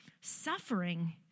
Suffering